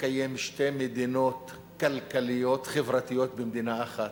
לקיים שתי מדינות כלכליות חברתיות במדינה אחת.